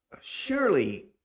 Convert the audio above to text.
surely